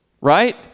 right